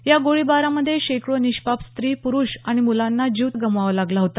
या गोळीबारामध्ये शेकडो निष्पाप स्री प्रुष आणि मुलांना जीव गमवावा लागला होता